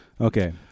Okay